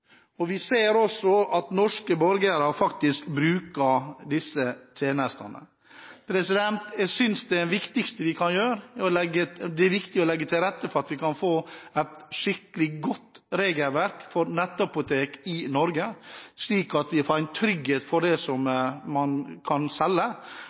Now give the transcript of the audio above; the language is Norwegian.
og vi ser også at norske borgere bruker disse tjenestene. Det er viktig å legge til rette for at vi kan få et skikkelig godt regelverk for nettapotek i Norge, slik at vi får en trygghet for det